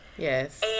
Yes